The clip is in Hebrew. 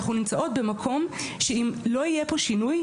אנחנו נמצאות במקום שאם לא יהיה פה שינוי,